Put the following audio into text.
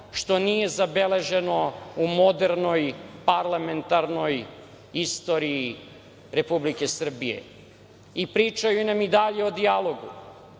što nije zabeleženo u modernoj parlamentarnoj istoriji Republike Srbije i pričaju nam i dalje o dijalogu